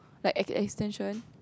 like as an extension